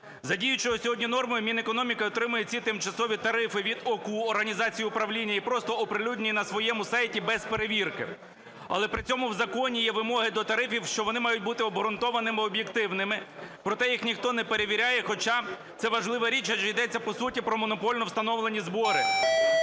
За діючою сьогодні нормою, Мінекономіки отримує ці тимчасові тарифи від ОКУ, організації управління, і просто оприлюднені на своєму сайті без перевірки. Але при цьому у законі є вимоги до тарифів, що вони мають бути обґрунтованими, об'єктивними, проте їх ніхто не перевіряє, хоча це важлива річ, адже йдеться по суті про монопольно встановлені збори.